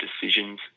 decisions